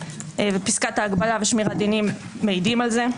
ופסקת ההגבלה ושמירת הדינים מעידים על זה.